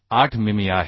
8 मिमी आहे